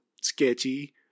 sketchy